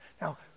Now